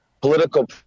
political